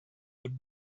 would